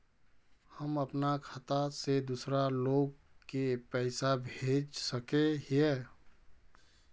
हम अपना खाता से दूसरा लोग के पैसा भेज सके हिये?